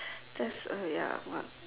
there's a ya what